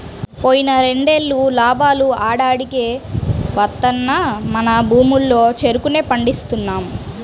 పోయిన రెండేళ్ళు లాభాలు ఆడాడికే వత్తన్నా మన భూముల్లో చెరుకునే పండిస్తున్నాం